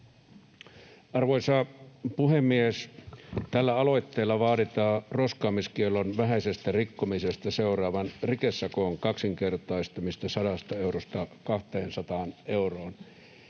Arvoisa puhemies! Tällä aloitteella vaaditaan roskaamiskiellon vähäisestä rikkomisesta seuraavan rikesakon kaksinkertaistamista 100 eurosta 200 euroon.